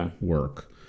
work